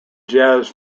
jazz